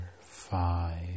five